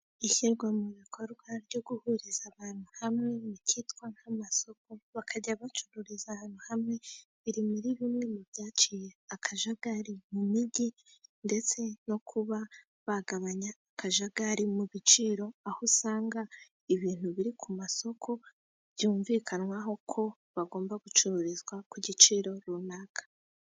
Ishyirwa mu bikorwa ryo guhuriza, abantu hamwe n'icyitwa nk'amasoko bakajya bacururiza ahantu hamwe, biri muri bimwe mu byaciye akajagari, mu mijyi ndetse no kuba bagabanya akajagari mu biciro, aho usanga ibintu biri ku masoko byumvikanwaho, ko bagomba gucururiza ku giciro runaka.